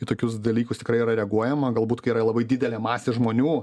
į tokius dalykus tikrai yra reaguojama galbūt kai yra labai didelė masė žmonių